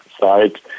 side